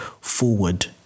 forward